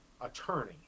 attorney